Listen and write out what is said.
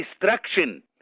destruction